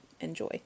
enjoy